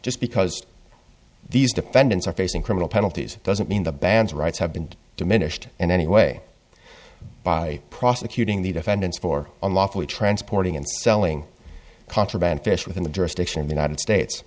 just because these defendants are facing criminal penalties doesn't mean the band's rights have been diminished in any way by prosecuting the defendants for unlawfully transporting and selling contraband fish within the jurisdiction of the united states